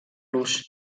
los